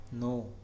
no